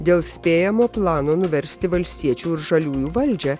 dėl spėjamo plano nuversti valstiečių ir žaliųjų valdžią